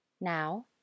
Now